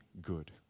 good